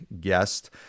guest